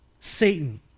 Satan